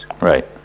Right